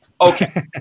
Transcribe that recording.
Okay